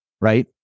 right